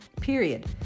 period